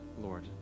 Lord